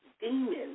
demons